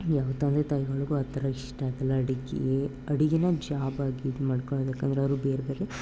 ಯಾವ ತಂದೆ ತಾಯಿಗಳಿಗೂ ಆ ಥರ ಇಷ್ಟ ಆಗಲ್ಲ ಅಡುಗೆ ಅಡುಗೆನಾ ಜಾಬಾಗಿ ಇದು ಮಾಡ್ಕೊಳ್ಳೋದಕ್ಕೆ ಅಂದ್ರೆ ಅವರು ಬೇರೆ ಬೇರೆ